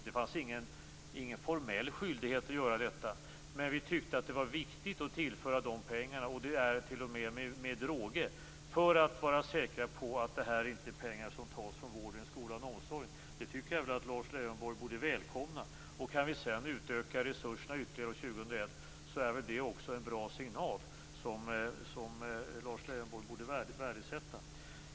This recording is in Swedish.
Det fanns ingen formell skyldighet att göra detta, men vi tyckte att det var viktigt att tillföra de här pengarna - och vi gör det t.o.m. med råge - för att vara säkra på att dessa pengar inte tas från vården, skolan och omsorgen. Det tycker jag att Lars Leijonborg borde välkomna. Kan vi sedan utöka resurserna ytterligare år 2001 är väl det också en bra signal som Lars Leijonborg borde värdesätta.